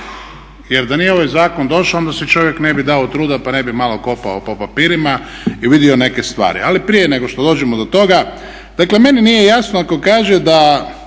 jer da nije ovaj zakon došao onda si čovjek ne bi dao truda pa ne bi malo kopao po papirima i vidio neke stvari. ali prije nego što dođemo do toga, dakle meni nije jasno ako kaže da